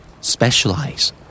Specialize